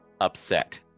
upset